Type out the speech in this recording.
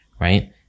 right